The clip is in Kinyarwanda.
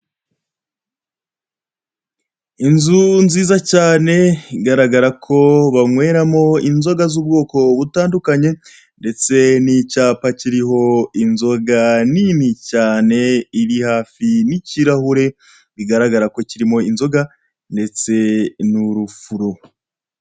Inzu nziza cyane igaragara ko banyweramo inzoga z'ubwoko butandukanye, ndetse n'icyapa kiriho inzoga nini cyane iri hafi n'ikirahuri, bigaragara ko kirimo inzoga ndetse n'urufuro.